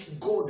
God